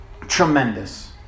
tremendous